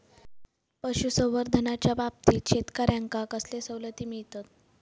पशुसंवर्धनाच्याबाबतीत शेतकऱ्यांका कसले सवलती मिळतत?